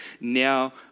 Now